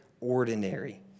ordinary